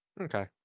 Okay